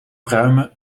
pruimen